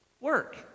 Work